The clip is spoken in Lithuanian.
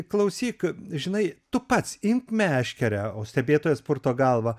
klausyk žinai tu pats imk meškerę o stebėtojas purto galvą